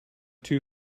too